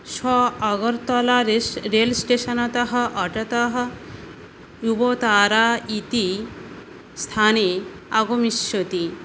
सः आगर्तला रेल् स्टेशनतः आटो तः युगोतारा इति स्थाने आगमिष्यति